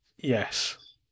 Yes